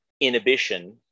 inhibition